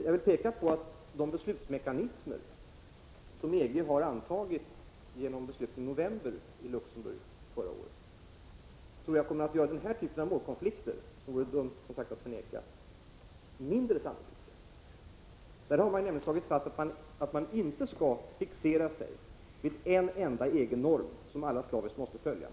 Jag vill emellertid peka på att de beslutsmekanismer som EG har antagit genom beslut i november förra året i Luxemburg kommer att göra denna typ av målkonflikter — vilka det vore dumt att förneka — mindre sannolika. Man har nämligen slagit fast att man inte skall fixera sig vid en enda EG-norm som alla slaviskt måste följa.